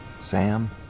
Sam